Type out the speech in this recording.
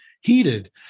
heated